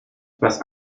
was